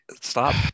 Stop